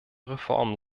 reformen